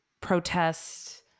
protests